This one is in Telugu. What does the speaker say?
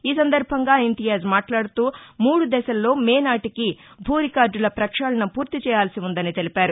ఈ సందర్భంగా ఇంతియాజ్ మాట్లాడుతూ మూడు దశల్లో మే నాటికి భూ రికార్దుల ప్రక్షాళన పూర్తి చేయాల్సి ఉందని తెలిపారు